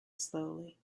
slowly